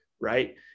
right